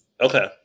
Okay